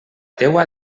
teua